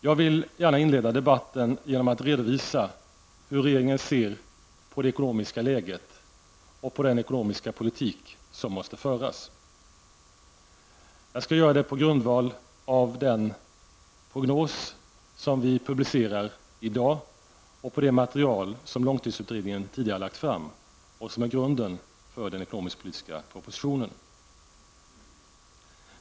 Jag vill gärna inleda debatten genom att redovisa hur regeringen ser på det ekonomiska läget och på den ekonomiska politik som måste föras. Jag skall göra det på grundval av den prognos som vi publicerar i dag och på det material som långtidsutredningen tidigare lagt fram och som är grunden för den ekonomisk-politiska propositionen.